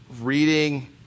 reading